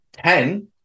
Ten